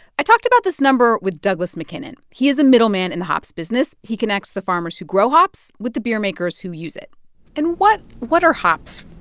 i talked about this number with douglas mackinnon. he is a middleman in the hops business. he connects the farmers who grow hops with the beer-makers who use it and what what are hops?